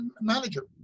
manager